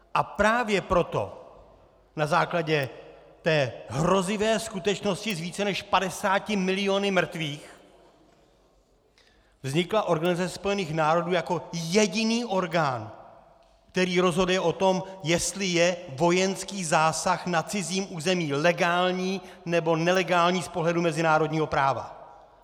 A právě proto, na základě té hrozivé skutečnosti s více než 50 miliony mrtvých, vznikla Organizace spojených národů jako jediný orgán, který rozhoduje o tom, jestli je vojenský zásah na cizím území legální, nebo nelegální z pohledu mezinárodního práva.